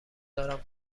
دارم